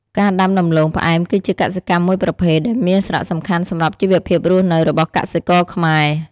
ការដាំដំឡូងផ្អែមគឺជាកសិកម្មមួយប្រភេទដែលមានសារសំខាន់សម្រាប់ជីវភាពរស់នៅរបស់កសិករខ្មែរ។